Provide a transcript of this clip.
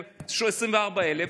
שהיא 24,000,